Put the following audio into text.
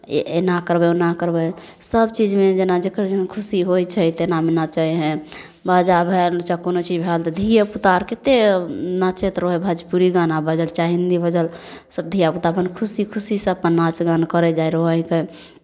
एना करबै ओना करबै सभ चीजमे जेना जकर जेहन खुशी होइ छै तेनामे नाचै हइ बाजा भएल चाहे कोनो चीज भएल तऽ धियेपुता अर कतेक नाचैत रहै हइ भोजपुरी गाना बजल चाहे हिंदी बजल सभ धियापुता अपन खुशी खुशीसँ अपन नाच गान करै जाइ रहै हिके